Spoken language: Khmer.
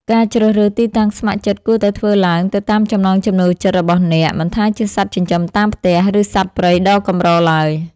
ការជ្រើសរើសទីតាំងស្ម័គ្រចិត្តគួរតែធ្វើឡើងទៅតាមចំណង់ចំណូលចិត្តរបស់អ្នក មិនថាជាសត្វចិញ្ចឹមតាមផ្ទះ ឬសត្វព្រៃដ៏កម្រឡើយ។